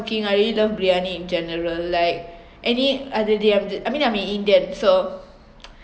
I really love briyani in general like any other day I'm I mean I'm an indian so